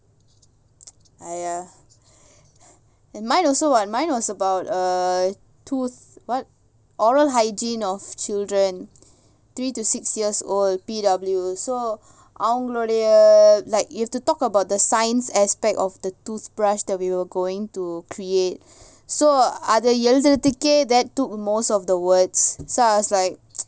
!aiya! mine also [what] mine was about err tooth what oral hygiene of children three to six years old P_W so அவங்களுடைய:avangaludaya we have to talk about the science aspect of the toothbrush that we were going to create so அதஎழுதுறத்துக்கே:adha eluthurathuke that took most of the words so I was like